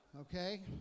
Okay